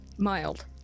Mild